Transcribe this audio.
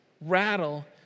rattle